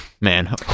Man